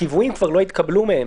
חשוב שנקבל אינדיקציה,